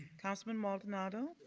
councilman maldonado.